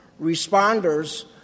Responders